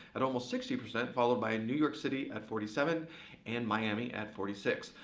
at almost sixty percent, followed by new york city at forty seven and miami at forty six.